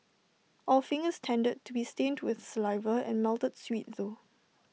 our fingers tended to be stained with saliva and melted sweet though